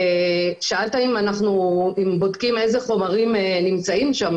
שאלת האם בודקים איזה חומרים נמצאים שם,